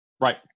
right